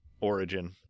Origin